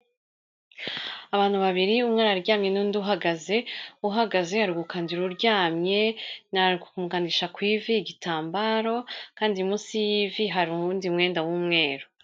Abantu babiri, umwe araryamye n'undi uhagaze, uhagaze ari gukandira uryamye, ari kumukandisha ku ivi igitambaro kandi munsi y'ivi hari uwundi mwenda w'umweru.